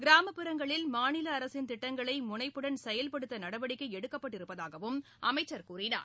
கிராமப்புறங்களில் மாநில அரசின் திட்டங்களை முனைப்புடன் செயல்படுத்த நடவடிக்கை எடுக்கப்பட்டு இருப்பதாகவும் அமைச்சர் கூறினார்